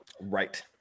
Right